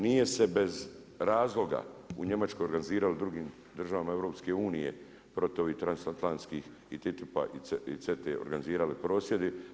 Nije se bez razloga u Njemačkoj organizirali i drugim državama EU protu ovih transatlantskih i TTIP-a i CETA-e organizirali prosvjedi.